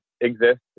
exist